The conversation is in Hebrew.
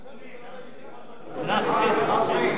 אדוני, אני מבקש משהו.